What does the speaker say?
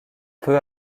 peu